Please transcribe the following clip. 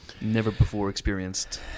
never-before-experienced